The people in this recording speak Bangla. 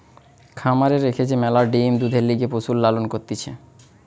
খামারে রেখে যে ম্যালা ডিম্, দুধের লিগে পশুর লালন করতিছে